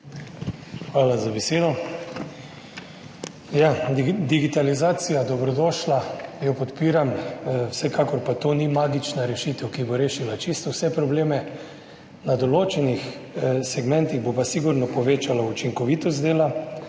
Hvala za besedo. Ja, digitalizacija dobrodošla, jo podpiram, vsekakor pa to ni magična rešitev, ki bo rešila čisto vse probleme, na določenih segmentih bo pa sigurno povečala učinkovitost dela,